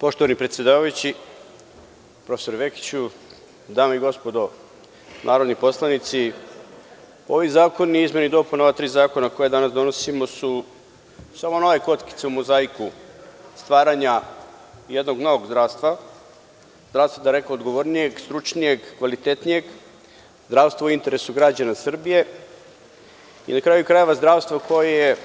Poštovani predsedavajući, profesore Vekiću, dame i gospodo narodni poslanici, ovi zakoni i izmene i dopune ovaj tri zakona koje danas donosimo su samo nove kockice u mozaiku stvaranja jednog novog zdravstva, zdravstva daleko odgovornijeg, stručnijeg, kvalitetnijeg, zdravstva u interesu građana Srbije i na kraju krajeva, zdravstva koje je